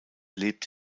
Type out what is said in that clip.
lebt